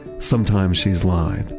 sometimes she's lithe,